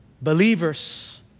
Believers